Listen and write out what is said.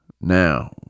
Now